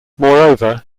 moreover